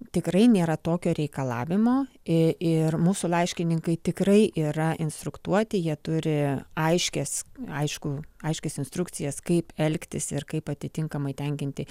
tikrai nėra tokio reikalavimo ir mūsų laiškininkai tikrai yra instruktuoti jie turi aiškias aišku aiškias instrukcijas kaip elgtis ir kaip atitinkamai tenkinti